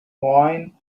wine